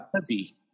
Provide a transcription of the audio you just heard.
heavy